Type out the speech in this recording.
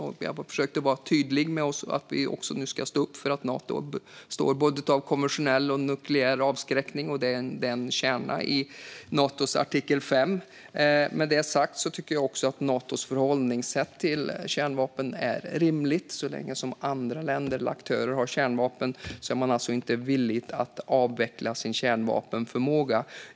Jag har försökt vara tydlig med att Sverige också ska stå upp för att Nato består av både konventionell och nukleär avskräckning. Det är kärnan i Natos artikel 5. Jag tycker att Natos förhållningssätt till kärnvapen är rimligt. Så länge andra länder eller aktörer har kärnvapen är man inte villig att avveckla sin kärnvapenförmåga.